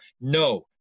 No